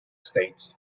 states